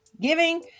Giving